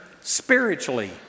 spiritually